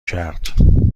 کرد